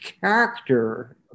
character